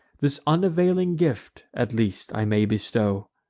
this unavailing gift, at least, i may bestow!